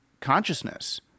consciousness